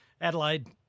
Adelaide